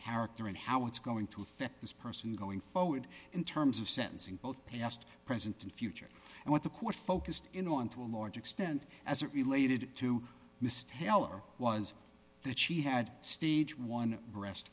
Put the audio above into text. character and how it's going to affect this person going forward in terms of sentencing both past present and future and what the court focused in on to a large extent as it related to mr heller was that she had stage one breast